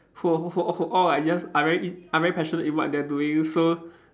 who who who all like just are very in are very passionate in what they are doing so